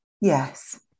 Yes